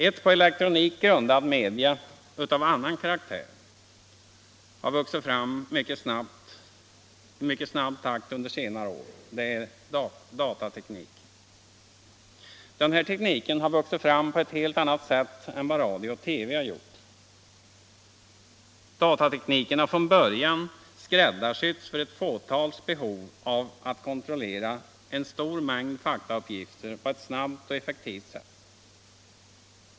Ett på elektronik grundat medium, av annan karaktär, har vuxit fram i mycket snabb takt under senare år. nämligen datatekniken. Denna teknik har vuxit fram på ett helt annat sätt än radio och TV. Datatekniken har från början ”skräddarsytts” för ett fåtals behov av att kontrollera en stor mängd faktauppgifter på ett snabbt och effektivt sätt.